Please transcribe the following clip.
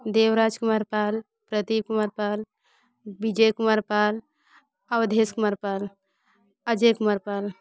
Devraj Kumar Pal Pradeep Kumar Pal Vijay Kumar Pal Awadhesh Kumar Pal Ajay Kumar Pal